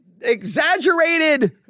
exaggerated